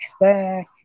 back